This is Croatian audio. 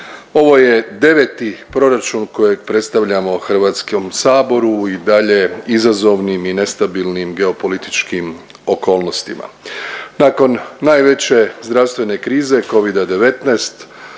Ovo je 9 proračun kojeg predstavljamo Hrvatskom saboru i dalje izazovnim i nestabilnim geopolitičkim okolnostima. Nakon najveće zdravstvene krize covida 19,